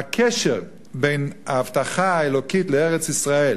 הקשר בין ההבטחה האלוקית לארץ-ישראל